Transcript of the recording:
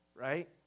right